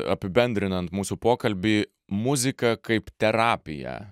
apibendrinant mūsų pokalbį muzika kaip terapija